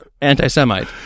anti-Semite